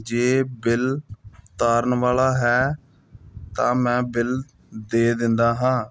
ਜੇ ਬਿੱਲ ਉਤਾਰਨ ਵਾਲਾ ਹੈ ਤਾਂ ਮੈਂ ਬਿੱਲ ਦੇ ਦਿੰਦਾ ਹਾਂ